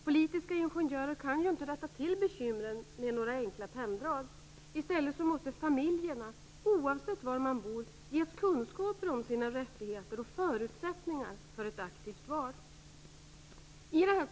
Politiska ingenjörer kan ju inte rätta till bekymren med några enkla penndrag. I stället måste familjerna, oavsett var de bor, ges kunskaper om sina rättigheter och förutsättningar för ett aktivt val.